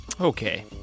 Okay